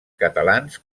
catalans